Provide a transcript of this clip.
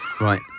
Right